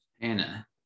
Anna